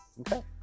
Okay